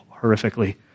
horrifically